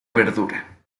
verdura